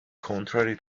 contrary